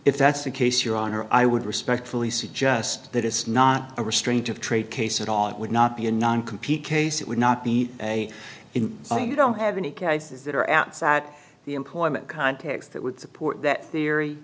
if that's the case your honor i would respectfully suggest that it's not a restraint of trade case at all it would not be a non compete case it would not be a in thing you don't have any cases that are outside the employment context that would support that theory